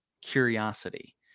curiosity